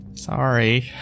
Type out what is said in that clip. Sorry